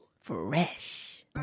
Fresh